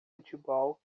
futebol